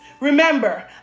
remember